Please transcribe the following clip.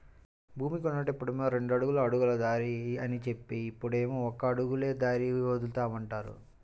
భూమి కొన్నప్పుడేమో రెండడుగుల అడుగుల దారి అని జెప్పి, ఇప్పుడేమో ఒక అడుగులే దారికి వదులుతామంటున్నారు